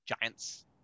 giants